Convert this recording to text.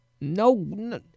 No